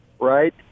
right